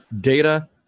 Data